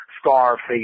Scarface